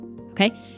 Okay